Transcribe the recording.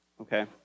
okay